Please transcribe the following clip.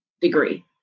degree